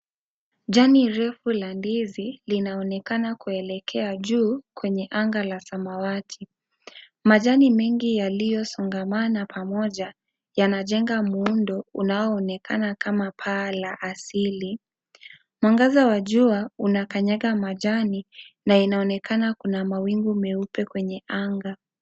Jani ndefu ya ndizi linaonekana kuelekea juu kwenye anga la samawati. Majani mengi yaliyosongamana pamoja yanajenga muundo unaoonekana kama pahala asili. Mwangaza wa jua unakanyaga majani na inaonekana kuna mawingu meupe kwenye anga.